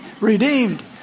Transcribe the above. redeemed